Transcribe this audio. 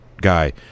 guy